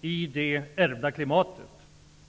i detta ärvda klimat.